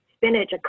Spinach